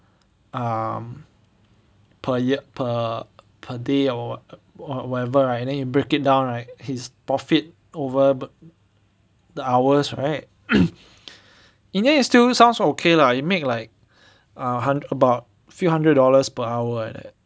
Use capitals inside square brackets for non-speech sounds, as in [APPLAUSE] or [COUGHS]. um per year per per day or or whatever right and then you break it down right his profit over the hours right [COUGHS] in the end it still sounds okay lah you make like a hun~ about few hundred dollars per hour like that